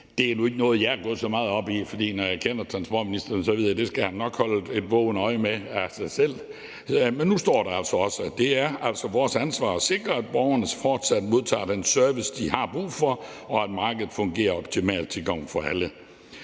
Det er nu ikke noget, jeg er gået så meget op i, for når jeg kender transportministeren, ved jeg, at det skal han nok holde et vågent øje med af sig selv. Men nu står der altså også, at det er vores ansvar at sikre, at borgerne fortsat modtager den service, de har brug for, og at markedet fungerer optimalt til gavn for alle.